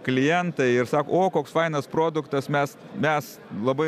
klientai ir sako o koks fainas produktas mes mes labai